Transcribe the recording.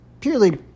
purely